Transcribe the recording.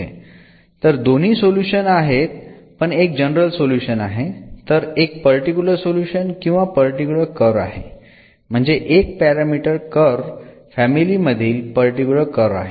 तर दोन्ही सोल्युशन आहेत पण एक जनरल सोल्युशन आहे तर एक पर्टिकुलर सोल्युशन किंवा पर्टिकुलर कर्व आहे म्हणजे 1 पॅरामीटर कर्व फॅमिली मधील पर्टिकुलर कर्व आहे